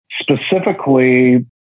specifically